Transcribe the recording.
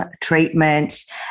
treatments